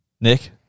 Nick